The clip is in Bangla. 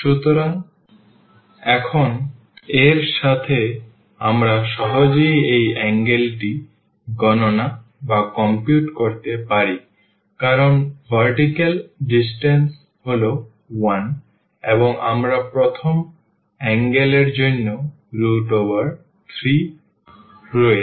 সুতরাং এখন এর সাথে আমরা সহজেই এই অ্যাঙ্গেলটি গণনা করতে পারি কারণ ভার্টিকাল ডিসটেন্স হল 1 এবং এখানে প্রথম অ্যাঙ্গেল এর জন্য 3 রয়েছে